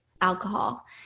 alcohol